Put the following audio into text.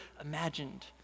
imagined